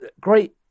great